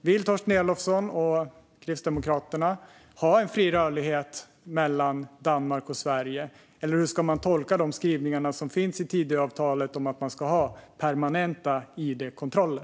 Vill Torsten Elofsson och Kristdemokraterna ha fri rörlighet mellan Danmark och Sverige, eller hur ska man tolka de skrivningar som finns i Tidöavtalet om att man ska ha permanenta id-kontroller?